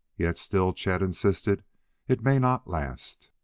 yet still chet insisted it may not last.